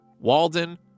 Walden